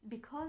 because